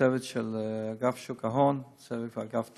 וצוות של אגף שוק ההון, צוות של אגף תקציבים,